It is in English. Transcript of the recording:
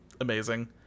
amazing